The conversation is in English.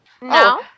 No